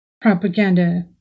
Propaganda